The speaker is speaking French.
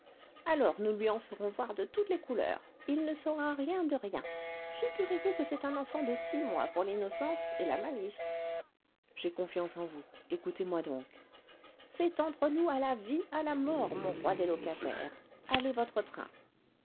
alors nous lui en ferons voir de toutes les couleurs il ne saura rien de rien figurez-vous que c'est un enfant de six mois pour l'innocence et la malice j'ai confiance en vous écoutez-moi donc c'est entre nous à la vie à la mort mon roi des locataires allez votre train